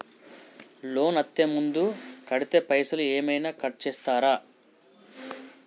Loan అత్తే ముందే కడితే పైసలు ఏమైనా కట్ చేస్తరా?